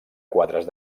quadres